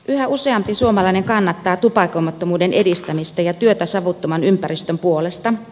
yhä useampi suomalainen kannattaa tupakoimattomuuden edistämistä ja työtä savuttoman ympäristön puolesta